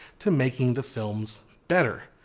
to making the films better.